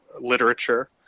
literature